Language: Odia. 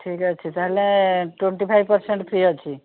ଠିକ୍ ଅଛି ତାହେଲେ ଟ୍ୱେଣ୍ଟୀ ଫାଇବ୍ ପରସେଣ୍ଟ ଫ୍ରି ଅଛି